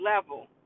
level